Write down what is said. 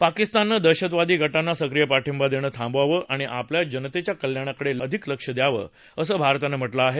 पाकिस्ताननं दहशतवादी गटांना सक्रीय पाठिंबा देणं थांबवावं आणि आपल्या जनतेच्या कल्याणाकडे अधिक लक्ष द्यावं असं भारतानं म्हटलं आहे